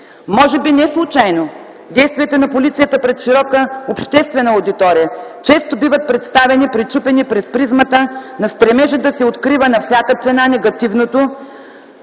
Може би неслучайно действията на полицията пред широка обществена аудитория често биват представяни, пречупени през призмата на стремежа да се открива на всяка цена негативното